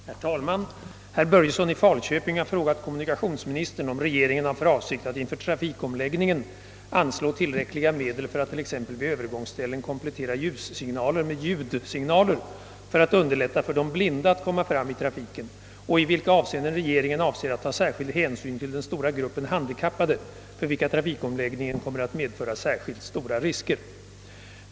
Herr talman! Herr Börjesson i Falköping har frågat kommunikationsministern, om regeringen har för avsikt att inför trafikomläggningen anslå tillräckliga medel för att t.ex. vid övergångsställen komplettera ljussignaler med ljudsignaler för att underlätta för de blinda att komma fram i trafiken, och i vilka avseenden regeringen avser att ta särskild hänsyn till den stora gruppen handikappade för vilka trafikomläggningen kommer att medföra särskilt stora risker.